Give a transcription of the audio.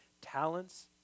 talents